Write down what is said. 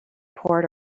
poured